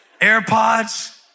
AirPods